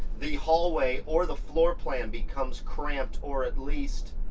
the hallway or the floor plan becomes cramped or at least